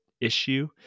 issue